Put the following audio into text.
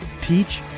teach